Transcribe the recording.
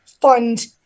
fund